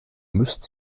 müsst